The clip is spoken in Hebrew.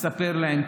תספר להם,